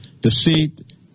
deceit